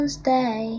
stay